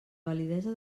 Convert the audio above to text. validesa